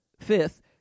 Fifth